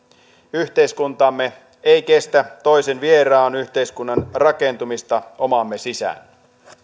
yhteiskuntamme ei kestä toisen vieraan yhteiskunnan rakentumista omamme sisään